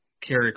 carry